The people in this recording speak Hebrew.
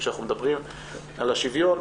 כשאנחנו מדברים על השוויון,